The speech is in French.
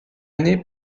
année